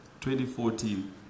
2014